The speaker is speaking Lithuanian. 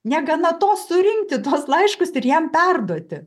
negana to surinkti tuos laiškus ir jam perduoti